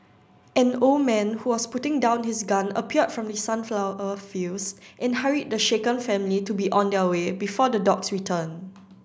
an old man who was putting down his gun appeared from the sunflower a fields and hurried the shaken family to be on their way before the dogs return